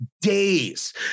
days